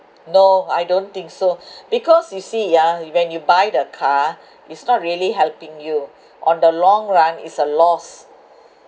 no I don't think so because you see ah when you buy the car it's not really helping you on the long run it's a loss